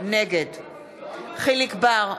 נגד יחיאל חיליק בר,